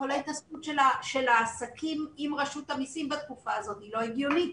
כל ההתעסקות של העסקים עם רשות המסים בתקופה הזאת היא לא הגיונית.